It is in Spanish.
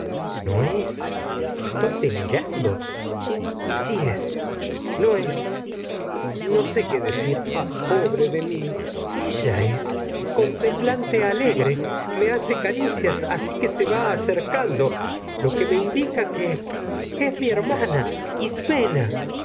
no es estoy delirando si es es no sé qué decir pobre de mí ella es con me semblante alegre lo que hace caricias así que se va acercando me indica que es mi hermana ismena